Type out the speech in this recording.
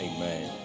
Amen